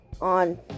on